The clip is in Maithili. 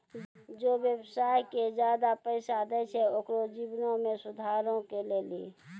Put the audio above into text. जे व्यवसाय के ज्यादा पैसा दै छै ओकरो जीवनो मे सुधारो के लेली